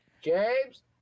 James